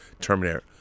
Terminator